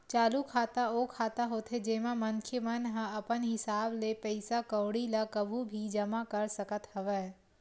चालू खाता ओ खाता होथे जेमा मनखे मन ह अपन हिसाब ले पइसा कउड़ी ल कभू भी जमा कर सकत हवय